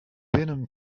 venom